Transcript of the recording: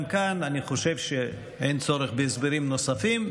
גם כאן אני חושב שאין צורך בהסברים נוספים.